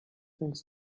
thanks